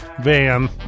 van